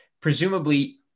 Presumably